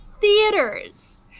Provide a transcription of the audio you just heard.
theaters